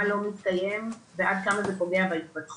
מה לא מתקיים ועד כמה זה פוגע בהתפתחות